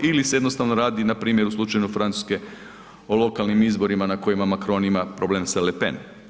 Ili se jednostavno radi npr. u slučaju Francuske o lokalnim izborima na kojima Macron ima problem s Le Pen.